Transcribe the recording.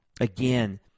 again